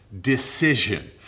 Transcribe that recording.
decision